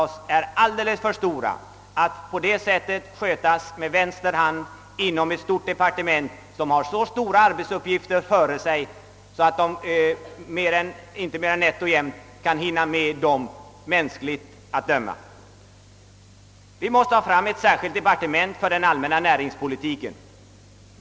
De är alldeles för stora för att skötas med vänster hand i ett stort departement, där man har så många andra stora arbetsuppgifter att klara av, att man knappt hinner med dem mänskligt att döma. Vi måste få ett särskilt departement för den allmänna näringspolitiken.